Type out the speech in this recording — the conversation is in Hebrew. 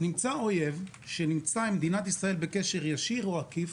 נמצא אויב שנמצא עם מדינת ישראל בקשר ישיר או עקיף